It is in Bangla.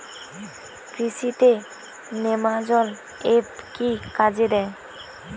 কৃষি তে নেমাজল এফ কি কাজে দেয়?